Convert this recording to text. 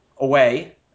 away